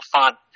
fun